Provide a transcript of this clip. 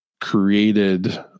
created